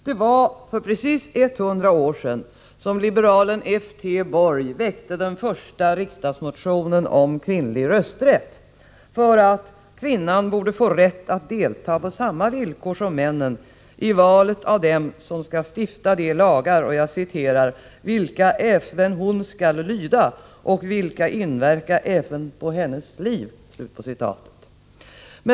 Det var för precis 100 år sedan som liberalen F.T. Borg här i riksdagen väckte den första motionen om kvinnlig rösträtt, för att kvinnan borde få rätt att delta på samma villkor som männen i valet av dem som skall stifta de lagar ”vilka äfven hon skall lyda och vilka inverka äfven på hennes liv”.